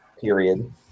period